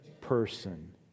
person